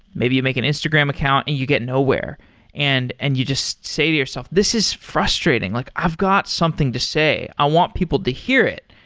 maybe you make an instagram account and you get nowhere and and you just say to yourself, this is frustrating. like i've got something to say. i want people to hear it.